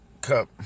Cup